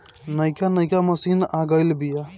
नइका नइका मशीन आ गइल बिआ